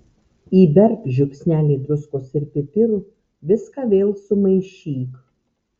įberk žiupsnelį druskos ir pipirų viską vėl sumaišyk